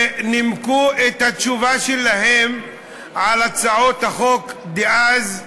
ונימקו את התשובה שלהם על הצעות החוק דאז: